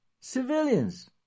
Civilians